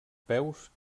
peus